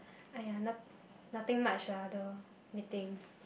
uh !aiya! nothing much lah the meeting